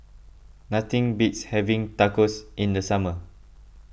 nothing beats having Tacos in the summer